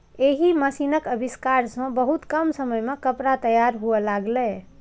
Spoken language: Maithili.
एहि मशीनक आविष्कार सं बहुत कम समय मे कपड़ा तैयार हुअय लागलै